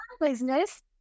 business